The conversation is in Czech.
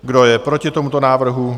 Kdo je proti tomuto návrhu?